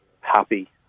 happy